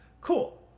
Cool